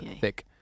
thick